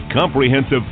comprehensive